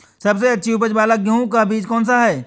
सबसे अच्छी उपज वाला गेहूँ का बीज कौन सा है?